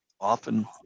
often